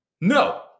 no